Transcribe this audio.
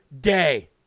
day